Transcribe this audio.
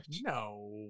No